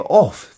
off